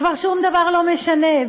שום דבר כבר לא משנה.